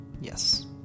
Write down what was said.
Yes